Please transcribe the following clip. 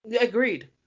Agreed